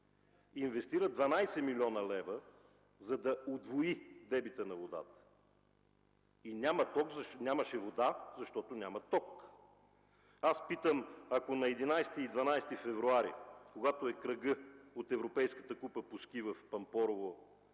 инвестира 12 млн. лв., за да удвои дебита на водата. Нямаше вода, защото няма ток. Аз питам: ако на 11 и 12 февруари, когато е кръгът от Европейската купа по ски в Пампорово,